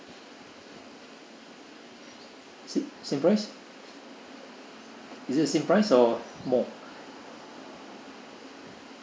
same price is it the same price or more